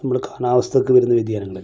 നമ്മുടെ കാലാവസ്ഥയ്ക്ക് വരുന്ന വ്യതിയാനങ്ങളല്ലേ